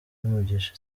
y’umugisha